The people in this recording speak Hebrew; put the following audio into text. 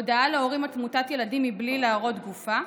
הודעה להורים על תמותת ילדים מבלי להראות גופה,